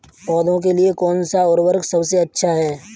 पौधों के लिए कौन सा उर्वरक सबसे अच्छा है?